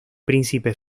príncipe